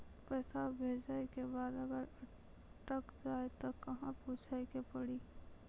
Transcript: पैसा भेजै के बाद अगर अटक जाए ता कहां पूछे के पड़ी?